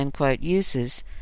uses